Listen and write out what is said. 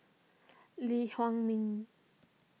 Lee Huei Min